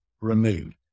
removed